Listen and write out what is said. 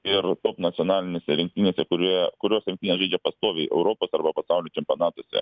ir top nacionalinėse rinktinėse kurie kurios rinktinės žaidžia pastoviai europos arba pasaulio čempionatuose